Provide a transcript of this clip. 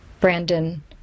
Brandon